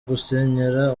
gusenyera